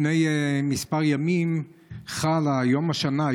לפני כמה ימים חל יום השנה,